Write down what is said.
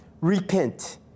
Repent